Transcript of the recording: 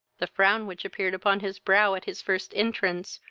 the frown which appeared upon his brow, at his first entrance,